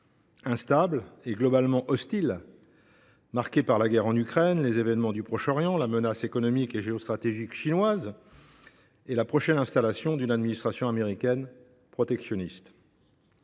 instable et globalement hostile, marqué par la guerre en Ukraine, les événements du Proche Orient, la menace économique et géostratégique chinoise et la prochaine installation d’une administration américaine protectionniste.